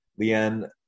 Leanne